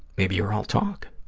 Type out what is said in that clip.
maybe you're all talk.